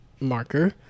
marker